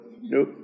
no